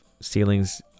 ceilings